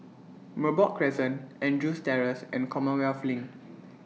Merbok Crescent Andrews Terrace and Commonwealth LINK